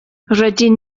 rydyn